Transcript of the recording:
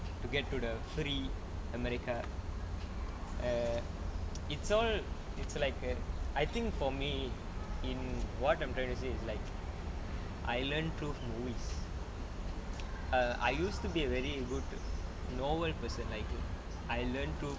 to get to the free america err it's all it's like a I think for me it mm what I'm trying to say is like I learn through movies err I used to be a very good normal person like I learn through